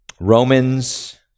Romans